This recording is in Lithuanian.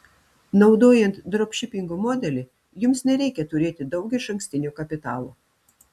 naudojant dropšipingo modelį jums nereikia turėti daug išankstinio kapitalo